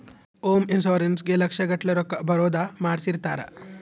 home insurance ಗೇ ಲಕ್ಷ ಗಟ್ಲೇ ರೊಕ್ಕ ಬರೋದ ಮಾಡ್ಸಿರ್ತಾರ